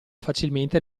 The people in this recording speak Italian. facilmente